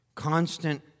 constant